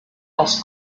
das